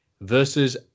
versus